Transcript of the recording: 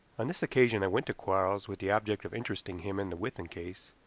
on this occasion i went to quarles with the object of interesting him in the withan case,